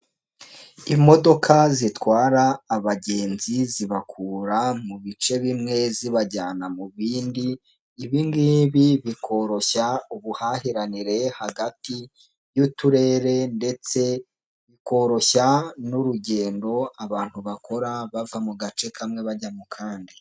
Imodoka zitwara abagenzi zibakura mu bice bimwe zibajyana mu bindi, ibingibi bikoroshya ubuhahiranire hagati y'uturere ndetse bikoroshya n'urugendo abantu bakora bava mu gace kamwe bajya mu kandi.